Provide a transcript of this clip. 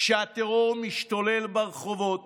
שהטרור משתולל ברחובות